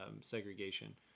segregation